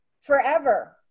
forever